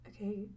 Okay